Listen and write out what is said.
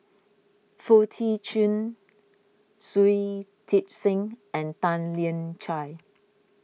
Foo Tee Chun Shui Tit Sing and Tan Lian Chye